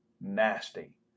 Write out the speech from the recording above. nasty